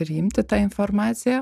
priimti tą informaciją